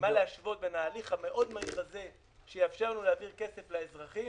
מה להשוות בין ההליך המאוד מהיר הזה שיאפשר לנו להעביר כסף לאזרחים